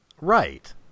right